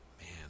Man